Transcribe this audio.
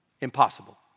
Impossible